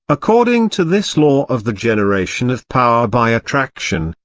according to this law of the generation of power by attraction,